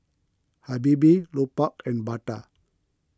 Habibie Lupark and Bata